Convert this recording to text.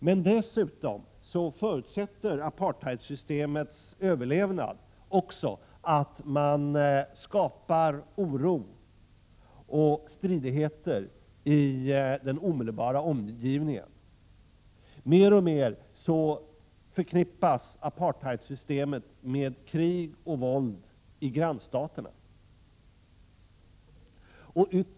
Men dessutom förutsätter apartheidsystemets överlevnad också att man skapar oro och stridigheter i den omedelbara omgivningen. Mer och mer förknippas apartheidsystemet med krig och våld i grannstaterna.